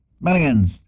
millions